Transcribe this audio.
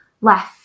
left